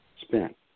spent